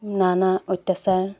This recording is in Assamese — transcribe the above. নানা অত্যাচাৰ